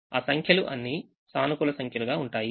ఆ సంఖ్యలు అన్నీ సానుకూల సంఖ్యలుగా ఉంటాయి